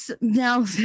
now